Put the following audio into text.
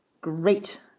great